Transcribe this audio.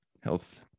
health